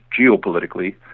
geopolitically